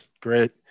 great